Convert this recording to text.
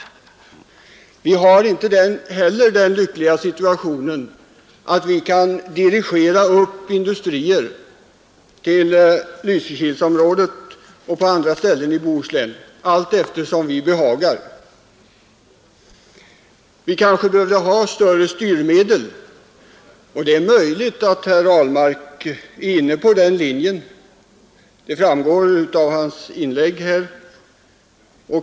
Inte heller är vi i den lyckliga situationen att vi kan dirigera industrier till Lysekilsområdet och till andra ställen i Bohuslän allteftersom vi behagar. Vi kanske behövde ha starkare styrmedel, och det är möjligt att herr Ahlmark är inne på den linjen; det framgår av hans inlägg här.